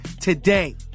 today